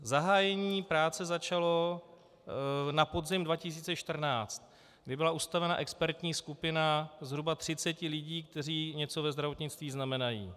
Zahájení práce začalo na podzim 2014, kdy byla ustanovena expertní skupina zhruba 30 lidí, kteří něco ve zdravotnictví znamenají.